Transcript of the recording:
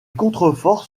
contreforts